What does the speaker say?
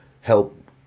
help